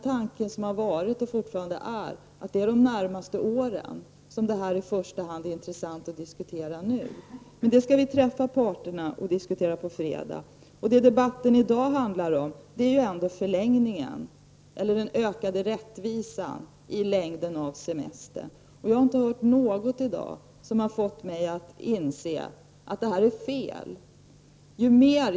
Tanken har varit och är fortfarande att det gäller de närmaste åren. Vad debatten i dag handlar om är ökad rättvisa när det gäller semesterns längd. Jag har i dag inte hört någonting som fått mig att inse att detta är fel.